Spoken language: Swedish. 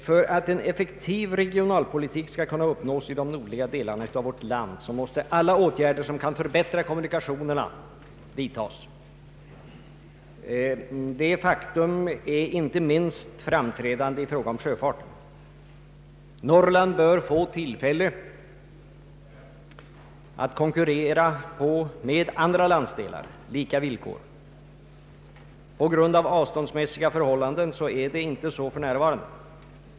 För att en effektiv regionalpolitik skall kunna uppnås i de nordliga delarna av vårt land måste alla åtgärder som kan förbättra kommunikationerna vidtas. Detta faktum är inte minst framträdande i fråga om sjöfarten. Norrland bör ha tillfälle att konkurrera med andra landsdelar på lika villkor. På grund av avståndsmässiga förhållanden är det inte så för närvarande.